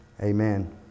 amen